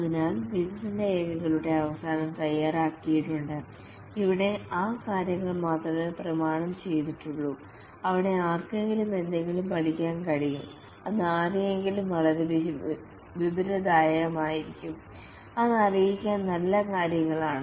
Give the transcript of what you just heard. അതിനാൽ വികസന രേഖകളുടെ അവസാനം തയ്യാറാക്കിയിട്ടുണ്ട് ഇവിടെ ആ കാര്യങ്ങൾ മാത്രമേ പ്രമാണം ചെയ്തിട്ടുള്ളൂ അവിടെ ആർക്കെങ്കിലും എന്തെങ്കിലും പഠിക്കാൻ കഴിയും അത് ആരെയെങ്കിലും വളരെ വിവരദായകമായിരിക്കും അത് അറിയാൻ നല്ല കാര്യങ്ങളാണ്